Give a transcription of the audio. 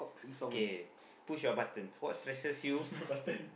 okay push your buttons what stresses you